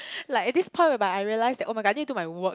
like at this point whereby I realise that [oh]-my-god I need to my work